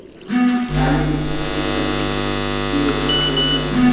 काली मिट्टी में सब्जी के उपज कइसन होई?